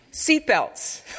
Seatbelts